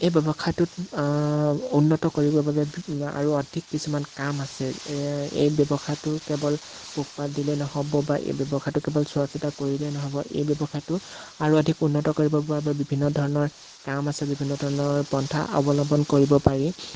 এই ব্যৱসায়টোত উন্নত কৰিবৰ বাবে আৰু অধিক কিছুমান কাম আছে এই ব্যৱসায়টোৰ কেৱল পোহপাল দিলেই নহ'ব বা এই ব্যৱসায়টো কেৱল চোৱাচিতা কৰিলেই নহ'ব এই ব্যৱসায়টো আৰু অধিক উন্নত কৰিবৰ বাবে বা বিভিন্ন ধৰণৰ কাম আছে বিভিন্ন ধৰণৰ পন্থা অৱলম্বন কৰিব পাৰি